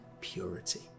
purity